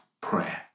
prayer